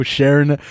Sharing